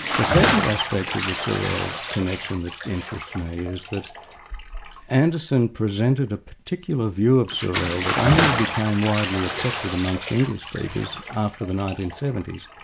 the second aspect of the sorel connection that interests me is that anderson presented a particular view of sorel that only became widely accepted amongst english speakers after the nineteen seventy s,